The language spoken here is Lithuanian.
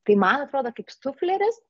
tai man atrodo kaip sufleris